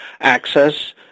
access